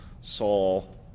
Saul